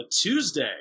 Tuesday